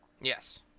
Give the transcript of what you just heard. Yes